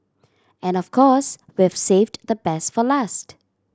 and of course we've saved the best for last